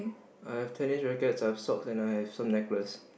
I have tennis racket I have sock and I have sold necklaces